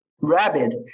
rabid